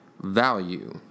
value